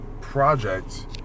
project